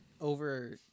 Over